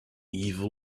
evil